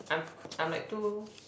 I'm I'm like too